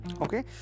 okay